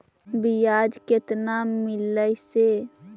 बियाज केतना मिललय से?